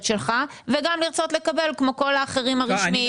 שלך וגם לרצות לקבל כמו כל האחרים הרשמיים.